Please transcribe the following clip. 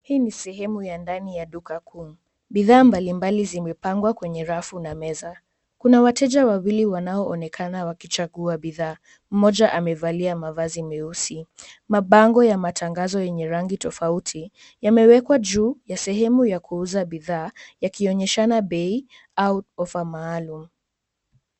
Hii ni sehemu ya ndani ya duka kuu. Bidhaa mbalimbali zimepangwa kwenye rafu na meza. Kuna wateja wawili wanaoonekana wakichagua bidhaa. Mmoja amevalia mavazi meusi. Mabango ya matangazo yenye rangi tofauti yamewekwa juu ya sehemu ya kuuza bidhaa yakionyeshana bei au ofa maalumu.